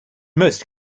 most